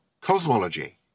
cosmology